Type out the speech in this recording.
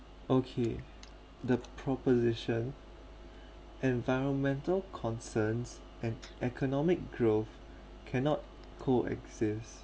okay the proposition environmental concerns and economic growth cannot coexist